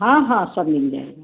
हाँ हाँ सब मिल जाएगा